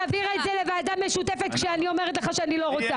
להעביר את זה לוועדה משותפת כשאני אומרת לך שאני לא רוצה?